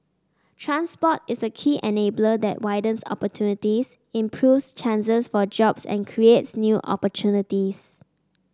transport is a key enabler that widens opportunities improves chances for jobs and creates new opportunities